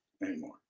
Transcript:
anymore